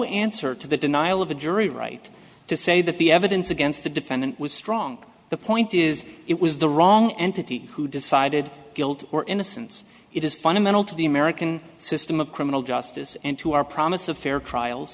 answer to the denial of a jury right to say that the evidence against the defendant was strong the point is it was the wrong entity who decided guilt or innocence it is fundamental to the american system of criminal justice and to our promise of fair trial